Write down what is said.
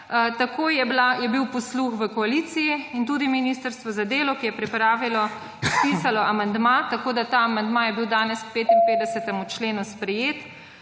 tako je bil posluh v koaliciji in tudi Ministrstvo za delo, ki je pripravilo, spisalo amandma, tako da ta amandma je bil danes k 55. členu sprejet